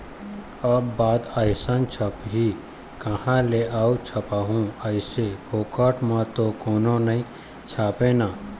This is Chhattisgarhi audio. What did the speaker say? अब बात आइस छपही काँहा ले अऊ छपवाहूँ कइसे, फोकट म तो कोनो नइ छापय ना